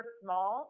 small